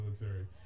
military